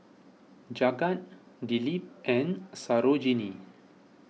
Jagat Dilip and Sarojini